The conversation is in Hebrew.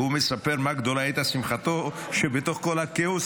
והוא מספר מה גדולה הייתה שמחתו שבתוך כל הכאוס